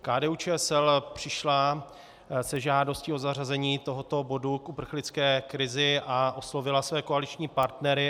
KDUČSL přišla se žádostí o zařazení tohoto bodu k uprchlické krizi a oslovila své koaliční partnery.